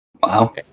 Wow